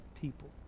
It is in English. people